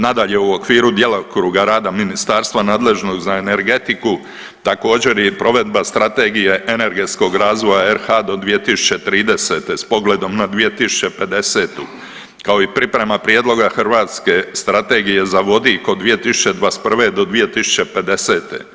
Nadalje, u okviru djelokruga rada ministarstva nadležnog za energetiku, također je i provedba Strategije energetskog razvoja RH do 2030. s pogledom na 2050., kao i priprema prijedloga Hrvatske strategije za vodik od 2021. do 2050.